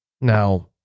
now